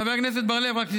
חבר הכנסת בר-לב, רק שתדע,